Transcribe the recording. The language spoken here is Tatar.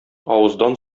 авыздан